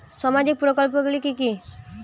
সামাজিক প্রকল্পগুলি কি কি?